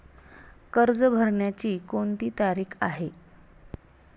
कर्ज भरण्याची कोणती तारीख आहे?